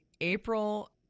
April